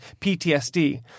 PTSD